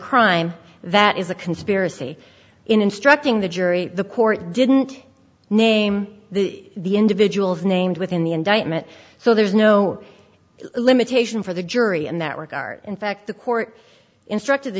crime that is a conspiracy in instructing the jury the court didn't name the individual of named within the indictment so there is no limitation for the jury in that regard in fact the court instructed the